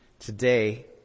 Today